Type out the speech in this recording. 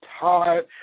tired